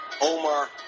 Omar